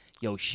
yo